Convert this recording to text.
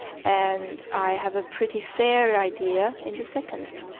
and i have a pretty fair idea, in the second.